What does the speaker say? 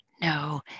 No